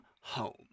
home